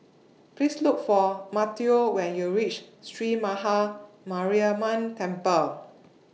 Please Look For Mateo when YOU REACH Sree Maha Mariamman Temple